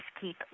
keep